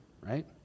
right